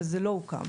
וזה לא הוקם.